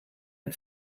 ein